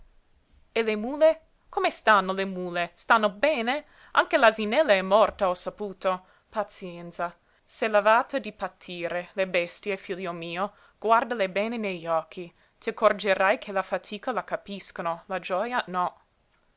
le mule come stanno le mule stanno bene anche l'asinella è morta ho saputo pazienza s'è levata di patire le bestie figlio mio guardale bene negli occhi t'accorgerai che la fatica la capiscono la gioja no